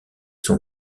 son